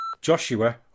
Joshua